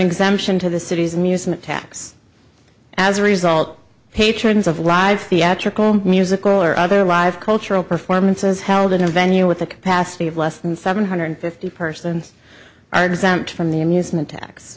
exemption to the city's amusement tax as a result patrons of live theatrical musical or other live cultural performances held in a venue with a capacity of less than seven hundred fifty persons are exempt from the amusement tax